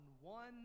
one